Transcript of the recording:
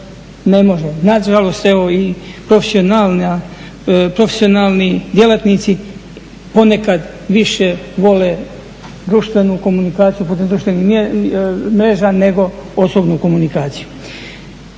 Na žalost evo i profesionalni djelatnici ponekad više vole društvenu komunikaciju putem društvenih mreža nego osobnu komunikaciju.